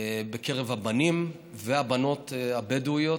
בקרב הבנים והבנות הבדואיות.